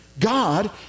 God